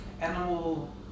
animal